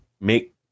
make